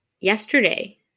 yesterday